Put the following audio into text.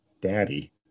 Daddy